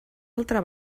altra